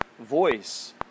voice